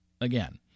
again